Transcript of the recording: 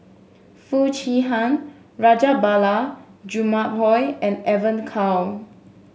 Foo Chee Han Rajabali Jumabhoy and Evon Kow